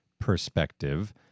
perspective